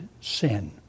sin